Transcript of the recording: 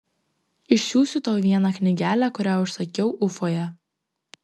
išsiųsiu tau vieną knygelę kurią užsakiau ufoje